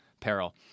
peril